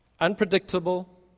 Unpredictable